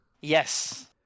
Yes